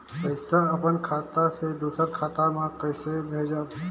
पइसा अपन खाता से दूसर कर खाता म कइसे भेजब?